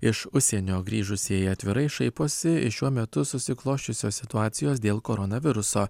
iš užsienio grįžusieji atvirai šaiposi iš šiuo metu susiklosčiusios situacijos dėl koronaviruso